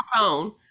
phone